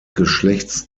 geschlechts